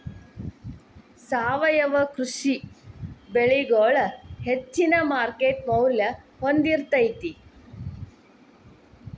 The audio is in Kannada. ಸಾವಯವ ಕೃಷಿ ಬೆಳಿಗೊಳ ಹೆಚ್ಚಿನ ಮಾರ್ಕೇಟ್ ಮೌಲ್ಯ ಹೊಂದಿರತೈತಿ